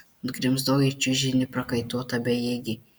nugrimzdau į čiužinį prakaituota bejėgė